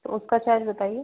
तो उसका चार्ज बताइए